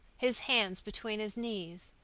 his hands between his knees,